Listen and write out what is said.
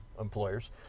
employers